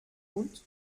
hund